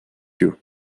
you